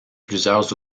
plusieurs